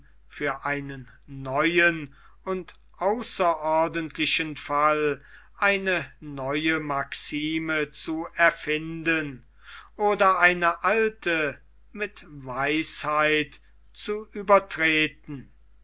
für einen neuen und außerordentlichen fall eine neue maxime zu erfinden oder eine alte mit weisheit zu übertreten